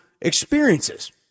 experiences